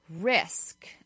risk